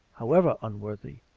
how ever unworthy,